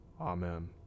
Amen